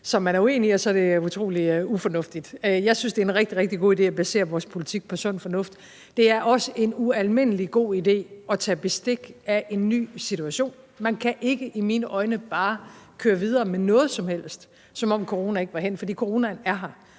som man er uenig i, og så er det utrolig ufornuftigt. Jeg synes, det er en rigtig, rigtig god idé at basere vores politik på sund fornuft. Det er også en ualmindelig god idé at tage bestik af en ny situation. Man kan i mine øjne ikke bare køre videre med noget som helst, som om corona ikke var hændt, for coronaen er her,